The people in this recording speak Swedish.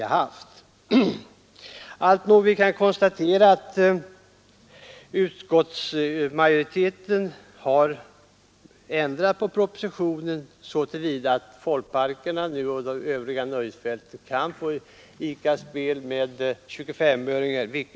Nu kan vi emellertid konstatera att utskottsmajoriteten har ändrat på propositionens förslag så till vida att folkparker och nöjesfält skall få bedriva spel med 2S5-öringar.